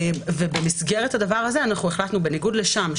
במסגרת הדבר הזה החלטנו בניגוד לשם,